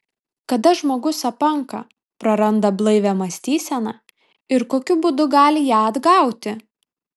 kada žmogus apanka praranda blaivią mąstyseną ir kokiu būdu gali ją atgauti